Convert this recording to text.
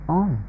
on